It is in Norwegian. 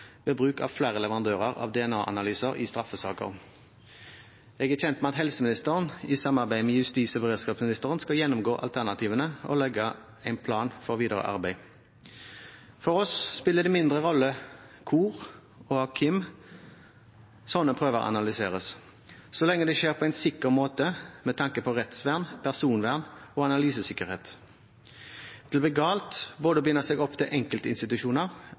ved bruk av flere leverandører av DNA-analyser i straffesaker. Jeg er kjent med at helseministeren, i samarbeid med justis- og beredskapsministeren, skal gjennomgå alternativene og legge en plan for videre arbeid. For oss spiller det mindre rolle hvor og av hvem sånne prøver analyseres, så lenge det skjer på en sikker måte med tanke på rettsvern, personvern og analysesikkerhet. Det blir galt å binde seg opp til enkeltinstitusjoner